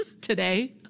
today